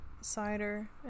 cider